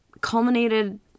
culminated